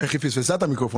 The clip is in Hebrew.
איך היא פיספסה את המיקרופון?